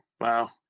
Wow